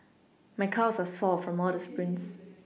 my calves are sore from all the sprints